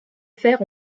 fer